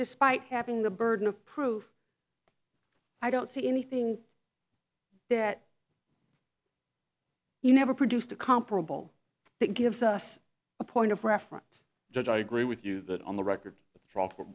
despite having the burden of proof i don't see anything that you never produced a comparable bit gives us a point of reference did i agree with you that on the record with drop